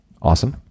Awesome